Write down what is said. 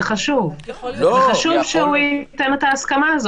זה חשוב שהוא ייתן את ההסכמה הזו.